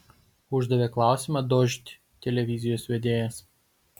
uždavė klausimą dožd televizijos vedėjas